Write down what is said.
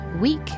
week